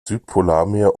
südpolarmeer